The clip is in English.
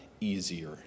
easier